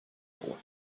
agua